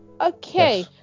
okay